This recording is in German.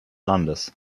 landes